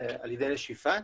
על ידי נשיפה,